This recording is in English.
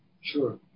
Sure